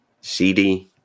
CD